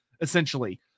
essentially